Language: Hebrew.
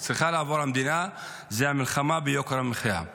שהמדינה צריכה לעבור זו המלחמה ביוקר המחיה.